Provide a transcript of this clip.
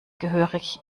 gehörig